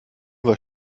was